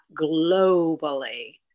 globally